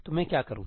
तो मैं क्या करूं